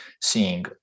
seeing